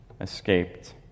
escaped